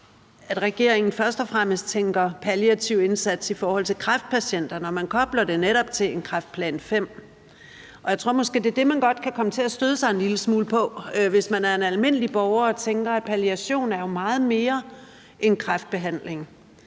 at regeringen først og fremmest tænker palliativ indsats i forhold til kræftpatienter, når man netop kobler det til kræftplan V. Jeg tror måske, at det er det, man godt kan komme til at støde sig en lille smule på, hvis man er en almindelig borger og tænker, at palliation jo er meget mere end kræftbehandling.